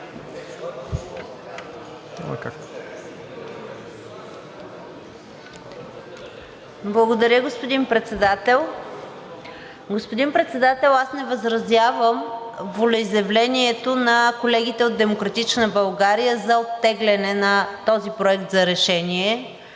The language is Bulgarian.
Благодаря, господин Председател. Господин Председател, аз не възразявам волеизявлението на колегите от „Демократична България“ за оттегляне на този проект за решение